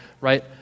right